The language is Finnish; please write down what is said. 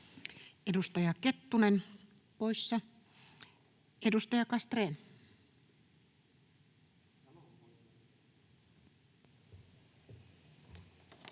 Edustaja Kettunen poissa. — Edustaja Castrén.